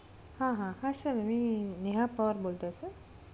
हां हां हां सर मी नेहा पवार बोलतो आहे सर